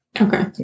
Okay